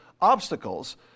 obstacles